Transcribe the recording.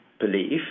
belief